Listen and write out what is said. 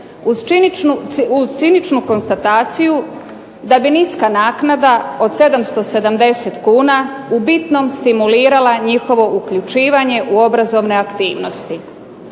uz ciničnu konstataciju da bi niska naknada od 770 kuna u bitnom stimulirala njihovo uključivanje u obrazovne aktivnosti.